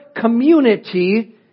community